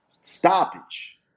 stoppage